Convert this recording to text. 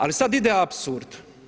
Ali sada ide apsurd.